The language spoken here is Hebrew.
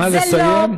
נא לסיים.